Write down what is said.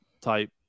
type